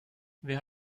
wer